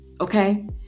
Okay